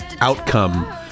outcome